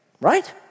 right